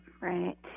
right